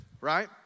right